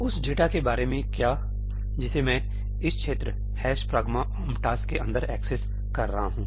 उस डेटा के बारे में क्या जिसे मैं इस क्षेत्र ' pragma omp task' के अंदर एक्सेस कर रहा हूं